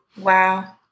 Wow